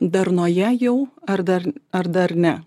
darnoje jau ar dar ar dar ne